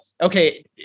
okay